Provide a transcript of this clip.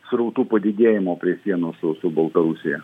srautų padidėjimo prie sienos su su baltarusija